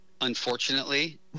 Unfortunately